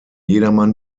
jedermann